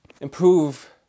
improve